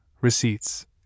receipts